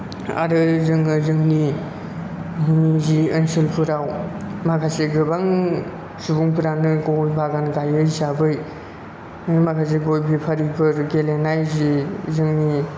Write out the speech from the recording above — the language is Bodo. आरो जोङो जोंनि निजि ओनसोलफोराव माखासे गोबां सुबुंफ्रानो गइ बागान गाइयो हिसाबै माखासे गइ बेफारिफोर गेलेनाय जि जोंनि